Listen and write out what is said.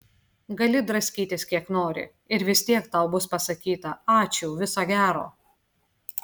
gali draskytis kiek nori ir vis tiek tau bus pasakyta ačiū viso gero